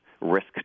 risk